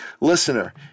Listener